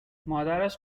مادرش